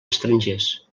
estrangers